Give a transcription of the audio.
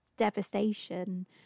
devastation